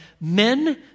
...men